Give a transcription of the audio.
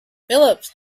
phillips